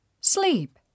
Sleep